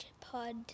pod